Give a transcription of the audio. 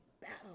battle